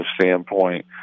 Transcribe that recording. standpoint